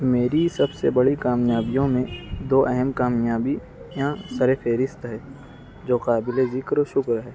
میری سب سے بڑی کامیابیوں میں دو اہم کامیابی یہاں سر فہرست ہے جو قابل ذکر شکر ہے